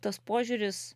tas požiūris